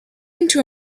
into